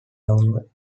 downward